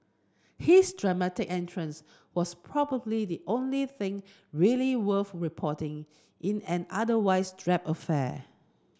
his dramatic entrance was probably the only thing really worth reporting in an otherwise drab affair